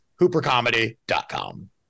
hoopercomedy.com